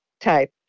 type